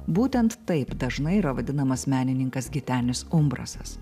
būtent taip dažnai yra vadinamas menininkas gitenis umbrasas